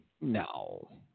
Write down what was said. No